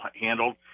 handled